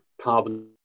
carbon